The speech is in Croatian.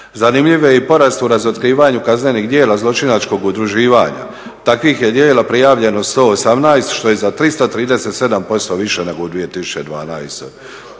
Zanimljiv je i porast u razotkrivanju kaznenih djela zločinačkog udruživanja. Takvih je djela prijavljeno 118, što je za 337% više nego u 2012.